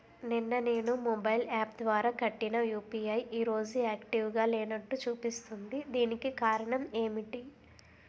నిన్న నేను mobile app ద్వారా కట్టిన యు.పి.ఐ ఈ రోజు యాక్టివ్ గా లేనట్టు చూపిస్తుంది దీనికి కారణం ఏమిటి?